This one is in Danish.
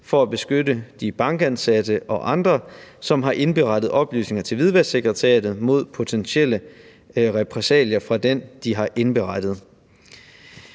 for at beskytte de bankansatte og andre, som har indberettet oplysninger til Hvidvasksekretariatet, mod potentielle repressalier fra den, de har indberettet.